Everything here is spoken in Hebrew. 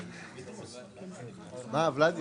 נפסקה בשעה 16:41 ונתחדשה בשעה 16:46)